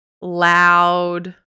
loud